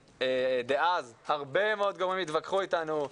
דאז הרבה מאוד גורמים התווכחו איתנו,